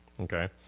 okay